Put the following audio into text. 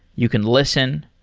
you can listen,